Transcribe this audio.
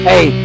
Hey